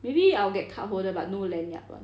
maybe I'll get card holder but no lanyard [one]